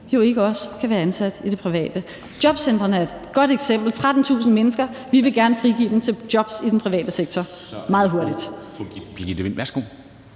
jo ikke også kan være ansat i det private. Jobcentrene er et godt eksempel. Der er 13.000 mennesker, og vi vil gerne frigive dem til jobs i den private sektor meget hurtigt.